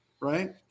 right